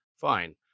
fine